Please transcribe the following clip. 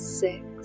six